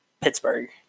Pittsburgh